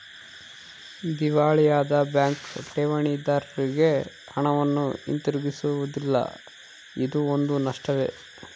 ದಿವಾಳಿಯಾದ ಬ್ಯಾಂಕ್ ಠೇವಣಿದಾರ್ರಿಗೆ ಹಣವನ್ನು ಹಿಂತಿರುಗಿಸುವುದಿಲ್ಲ ಇದೂ ಒಂದು ನಷ್ಟವೇ